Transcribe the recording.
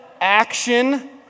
Action